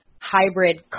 hybrid